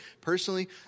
Personally